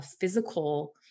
physical